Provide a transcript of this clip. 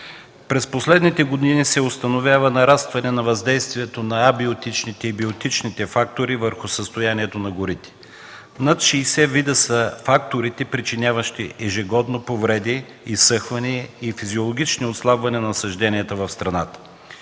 през последните години се установява нарастване на въздействието на абиотичните и биотичните фактори върху състоянието на горите. Над 60 вида са факторите, причиняващи ежегодно повреди, изсъхване и физиологично отслабване на насажденията в страната.